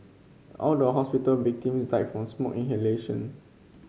all the hospital victims died from smoke inhalation